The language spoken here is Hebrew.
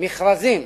מכרזים